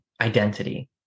identity